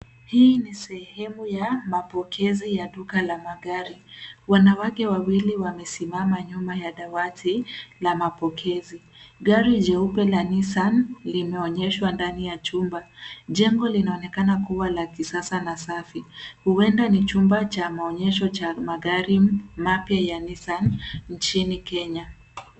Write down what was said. Hii ni sehemu ya mapokezi ya duka la magari. Wanawake wawili wamesimama nyuma ya dawati la mapokezi. Gari jeupe la (cs)Nissan(cs) linaonyeshwa ndani ya chumba. Jengo linaonekana kuwa la kisasa na safi. Huenda ni chumba cha maonyesho cha magari mapya ya (cs)Nissan(cs) nchini Kenya.